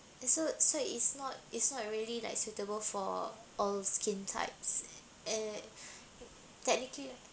so so it's not it's not really like suitable for all skin types and technically